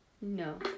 No